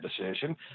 decision